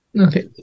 okay